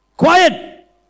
Quiet